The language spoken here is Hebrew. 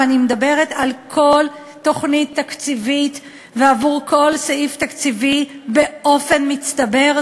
ואני מדברת על כל תוכנית תקציבית ועבור כל סעיף תקציבי באופן מצטבר,